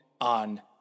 on